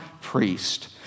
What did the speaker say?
priest